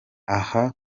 aha